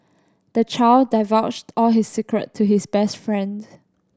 the child divulged all his secret to his best friend